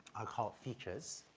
are called features.